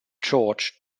george